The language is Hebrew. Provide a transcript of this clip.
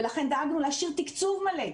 ולכן דאגנו להשאיר תקצוב מלא.